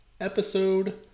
episode